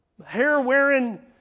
hair-wearing